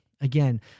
again